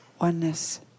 oneness